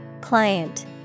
Client